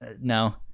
No